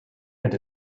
and